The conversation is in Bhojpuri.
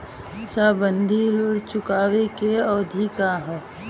सावधि ऋण चुकावे के अवधि का ह?